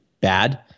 bad